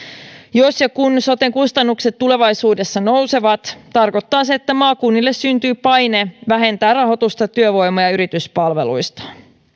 jos ja kun soten kustannukset tulevaisuudessa nousevat tarkoittaa se että maakunnille syntyy paine vähentää rahoitusta työvoima ja yrityspalveluista